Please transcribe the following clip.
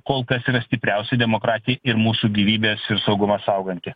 kol kas yra stipriausia demokratija ir mūsų gyvybes ir saugumą sauganti